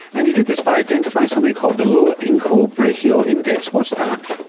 and you did this by identifying something called the low ankle brachial index what's that?